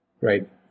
right